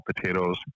potatoes